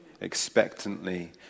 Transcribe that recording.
expectantly